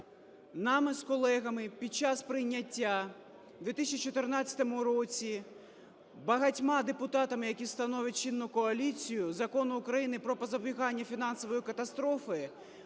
Нами з колегами під час прийняття у 2014 році, багатьма депутатами, які становлять чинну коаліцію, Закону України про запобігання фінансової катастрофи,